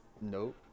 Nope